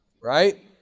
Right